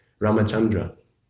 Ramachandra